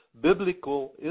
biblical